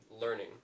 learning